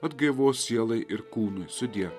atgaivos sielai ir kūnui sudie